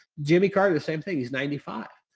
jimmy carter, the same thing. he's ninety five.